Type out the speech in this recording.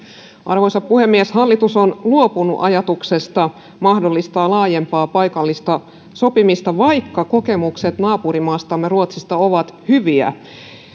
arvoisa puhemies hallitus on luopunut ajatuksesta mahdollistaa laajempaa paikallista sopimista vaikka kokemukset naapurimaastamme ruotsista ovat hyviä myös